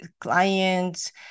clients